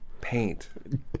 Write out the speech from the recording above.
paint